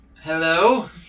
Hello